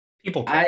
People